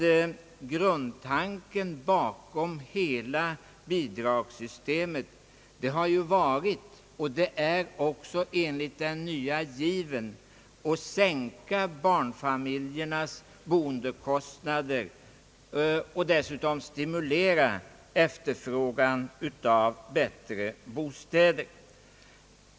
Grundtanken bakom hela bidragssystemet har ju ändå varit, och är det även enligt den nya given, att sänka barnfamiljernas boendekostnader och dessutom stimulera efterfrågan av hättre bostäder.